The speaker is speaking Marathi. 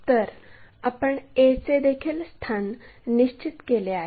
तर आपण a चे देखील स्थान निश्चित केले आहे